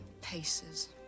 paces